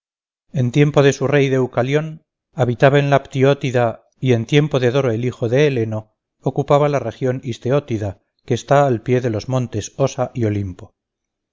en tiempo de su rey deucalion habitaba en la pthiotida y en tiempo de doro el hijo de helleno ocupaba la región istieotida que está al pie de los montes ossa y olimpo